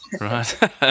Right